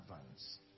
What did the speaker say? advance